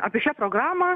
apie šią programą